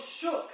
shook